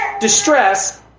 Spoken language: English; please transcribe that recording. distress